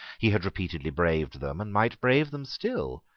he had repeatedly braved them, and might brave them still.